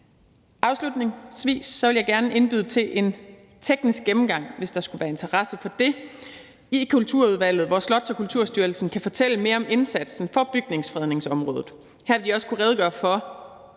Afslutningsvis vil jeg gerne indbyde til en teknisk gennemgang, hvis der skulle være interesse for det, i Kulturudvalget, hvor Slots- og Kulturstyrelsen kan fortælle mere om indsatsen for bygningsfredningsområdet. Her vil de også kunne redegøre for,